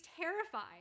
terrified